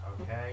Okay